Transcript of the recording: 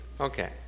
Okay